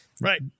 Right